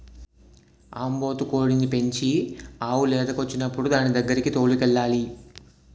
ఆంబోతు కోడిని పెంచి ఆవు లేదకొచ్చినప్పుడు దానిదగ్గరకి తోలుకెళ్లాలి